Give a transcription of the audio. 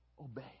obey